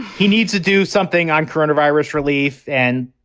he needs to do something on coronavirus relief. and,